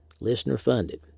listener-funded